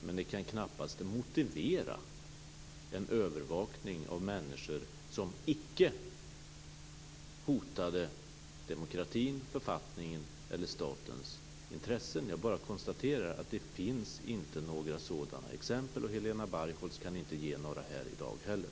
Men det kan knappast motivera en övervakning av människor som icke hotade demokratin, författningen eller statens intressen. Jag konstaterar bara att det inte finns några sådana exempel, och Helena Bargholtz kan inte ge några sådana här i dag heller.